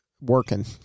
working